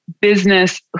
business